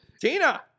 Tina